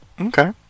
Okay